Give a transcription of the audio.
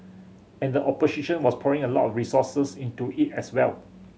and the opposition was pouring a lot resources into it as well